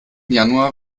januar